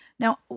Now